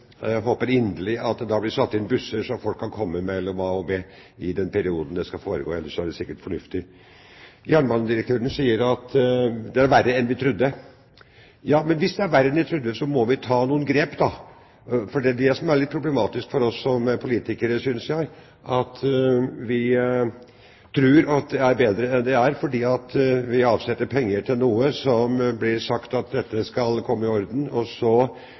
Jeg håper inderlig at det da blir satt inn busser sånn at folk kan komme seg mellom A og B i den perioden dette skal foregå – ellers er det sikkert fornuftig. Jernbanedirektøren sier at det er verre enn vi trodde. Ja, men hvis det er verre enn vi trodde, må vi ta noen grep da. For det som er litt problematisk for oss politikere, er at vi tror det er bedre enn det er, fordi vi avsetter penger til noe som blir sagt skal komme i orden, og så